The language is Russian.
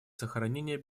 сохранение